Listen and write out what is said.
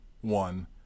one